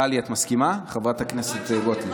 טלי, את מסכימה, חברת הכנסת גוטליב?